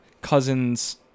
cousins